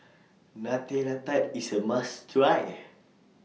Nutella Tart IS A must Try